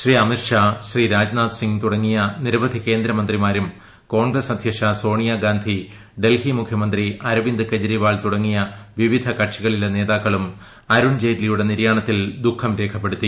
ശ്രീ അമിത്ഷാ ശ്രീ രാജ്നാഥ് സിംഗ് തുടങ്ങിയ നിരവധി കേന്ദ്രമന്ത്രിമാർ കോൺഗ്രസ് അദ്ധ്യക്ഷ സോണിയാഗാന്ധി ഡൽഹി മുഖ്യമന്ത്രി അരവിന്ദ് കെജ്രിവാൾ തുടങ്ങി വിവിധ കക്ഷികളിലെ നേതാക്കൾ അരുൺ ജയ്റ്റ്ലിയുടെ നിര്യാണത്തിൽ ദുഖം രേഖപ്പെടുത്തി